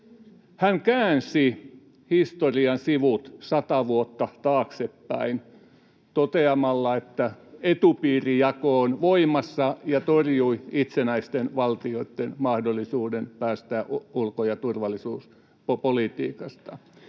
Hän käänsi historian sivut sata vuotta taaksepäin toteamalla, että etupiirijako on voimassa, ja torjumalla itsenäisten valtioitten mahdollisuuden päättää ulko- ja turvallisuuspolitiikastaan.